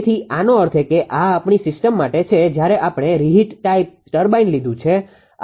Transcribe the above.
તેથી આનો અર્થ એ કે આ આપણી સીસ્ટમ માટે છે જયારે આપણે રીહિટ ટાઇપ ટર્બાઇન લીધું છે